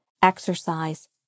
exercise